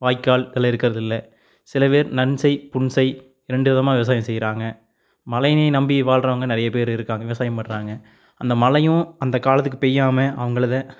வாய்க்கால்கள் இருக்கிறதில்ல சில பேர் நஞ்சை புஞ்சை ரெண்டு விதமாக விவசாயம் செய்கிறாங்க மழை நீர் நம்பி வாழ்கிறவங்க நிறைய பேர் இருக்காங்க விவசாயம் பண்ணுறாங்க அந்த மழையும் அந்த காலத்துக்கு பெய்யாமல் அவங்களுத